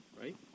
right